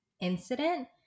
incident